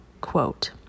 quote